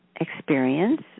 experience